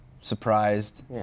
surprised